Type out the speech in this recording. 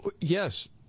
Yes